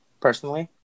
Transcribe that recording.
personally